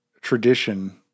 tradition